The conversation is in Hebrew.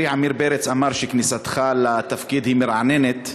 חברי עמיר פרץ אמר שכניסתך לתפקיד היא מרעננת,